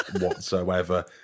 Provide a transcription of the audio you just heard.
whatsoever